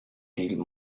deal